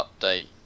update